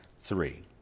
three